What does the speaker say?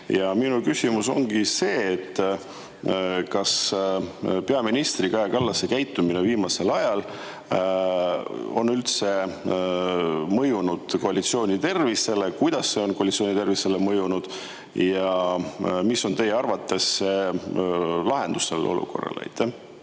Minu küsimus ongi see: kas peaminister Kaja Kallase käitumine on viimasel ajal mõjunud koalitsiooni tervisele? Kuidas see on koalitsiooni tervisele mõjunud ja mis on teie arvates lahendus sellele olukorrale?